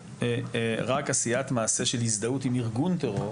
רק עשיית מעשה של הזדהות עם ארגון טרור